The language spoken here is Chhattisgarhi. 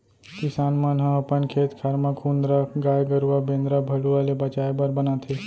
किसान मन ह अपन खेत खार म कुंदरा गाय गरूवा बेंदरा भलुवा ले बचाय बर बनाथे